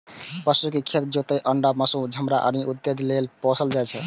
पशु कें खेत जोतय, दूध, अंडा, मासु, चमड़ा, ऊन इत्यादि लेल पोसल जाइ छै